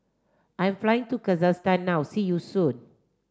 I'm flying to Kazakhstan now see you soon